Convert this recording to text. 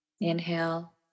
inhale